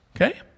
Okay